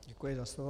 Děkuji za slovo.